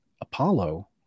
Apollo